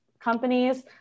companies